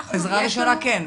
עזרה ראשונה כן.